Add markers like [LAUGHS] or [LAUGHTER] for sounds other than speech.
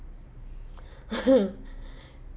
[LAUGHS]